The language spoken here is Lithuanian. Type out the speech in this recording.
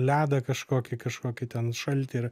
ledą kažkokį kažkokį ten šaltį ir